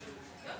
כאן.